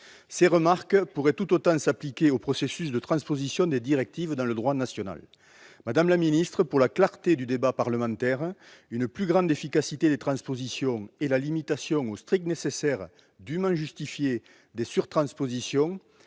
Ces remarques pourraient tout autant s'appliquer au processus de transposition des directives dans le droit national. Madame la secrétaire d'État, pour la clarté du débat parlementaire, une plus grande efficacité des transpositions et la limitation au strict nécessaire, dûment justifié, des surtranspositions,